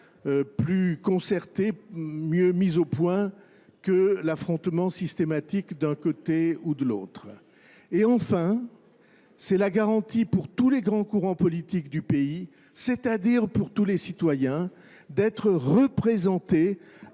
plus concertées, mieux mises au point que l'affrontement systématique d'un côté ou de l'autre. Et enfin, c'est la garantie pour tous les grands courants politiques du pays, c'est-à-dire pour tous les citoyens, d'être représentés